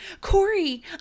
Corey